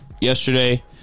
yesterday